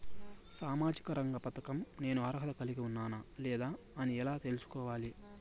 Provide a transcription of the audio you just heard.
సామాజిక రంగ పథకం నేను అర్హత కలిగి ఉన్నానా లేదా అని ఎలా తెల్సుకోవాలి?